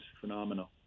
phenomenal